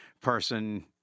person—